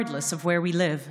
יהיה אשר יהיה מקום מגורינו,